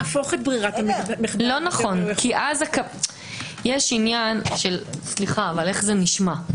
יש עניין של איך זה נשמע.